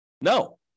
No